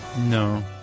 No